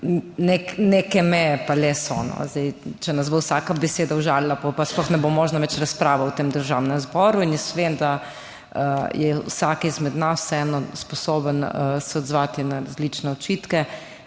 Neke meje pa le so, no. Zdaj če nas bo vsaka beseda užalila, pa sploh ne bo možna več razprava v tem Državnem zboru. In jaz vem, da je vsak izmed nas vseeno sposoben se odzvati na različne očitke,